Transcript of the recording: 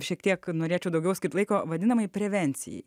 šiek tiek norėčiau daugiau skirt laiko vadinamai prevencijai